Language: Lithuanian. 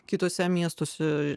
kituose miestuose